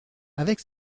avec